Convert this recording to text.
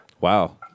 Wow